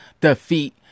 defeat